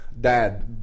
Dad